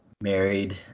Married